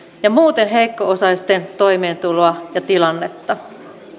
ja muuten heikko osaisten toimeentuloa ja tilannetta